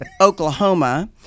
Oklahoma